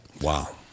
Wow